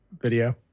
video